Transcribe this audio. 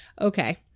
okay